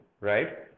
right